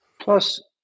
Plus